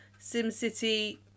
SimCity